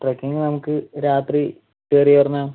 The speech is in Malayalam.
ട്രക്കിംഗ് നമുക്ക് രാത്രി കയറി പറഞ്ഞാൽ